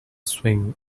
swing